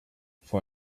for